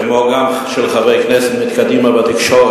כמו גם את דבריהם של חברי הכנסת מקדימה בתקשורת,